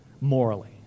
morally